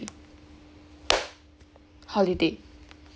holiday